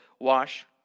wash